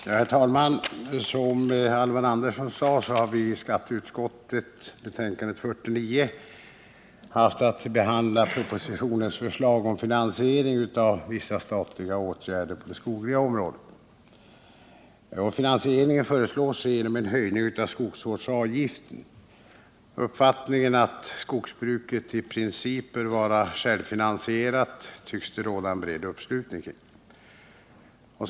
Herr talman! Som Alvar Andersson sade behandlar vi i skatteutskottets betänkande nr 49 propositionens förslag om finansiering av vissa statliga åtgärder på det skogliga området. Finansieringen föreslås ske genom en höjning av skogsvårdsavgiften. Uppfattningen att skogsbruket i princip bör vara självfinansierat tycks det råda en bred uppslutning kring.